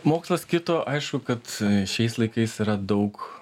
mokslas kito aišku kad šiais laikais yra daug